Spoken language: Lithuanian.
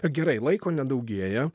gerai laiko nedaugėja